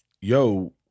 yo